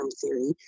theory